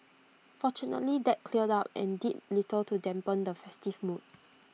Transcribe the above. fortunately that cleared up and did little to dampen the festive mood